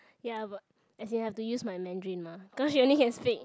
ya but as in I have to use my Mandarin mah cause she only can speak